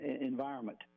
environment